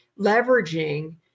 leveraging